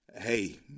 Hey